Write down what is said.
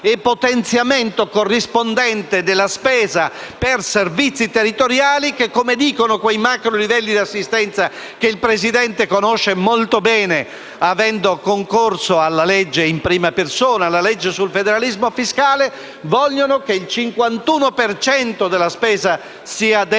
e potenziamento corrispondente della spesa per servizi territoriali che, come dicono quei macrolivelli di assistenza che il Presidente conosce molto bene, avendo concorso in prima persona alla legge sul federalismo fiscale, vogliono che il 51 per cento della